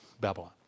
Babylon